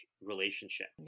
relationship